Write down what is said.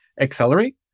accelerate